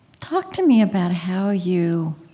talk to me about how you